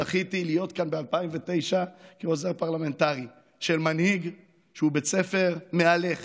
זכיתי להיות כאן ב-2009 כעוזר פרלמנטרי של מנהיג שהוא בית ספר מהלך